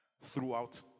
throughout